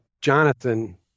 Jonathan